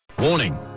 Warning